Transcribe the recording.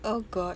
oh god